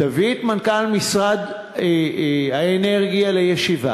תביא את מנכ"ל משרד האנרגיה לישיבה,